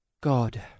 God